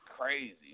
Crazy